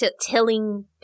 telling